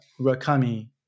rakami